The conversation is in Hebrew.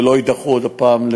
ולא יידחו עוד הפעם,